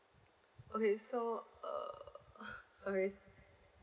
okay so uh sorry